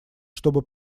чтобы